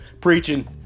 preaching